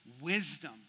wisdom